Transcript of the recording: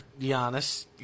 Giannis